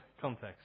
context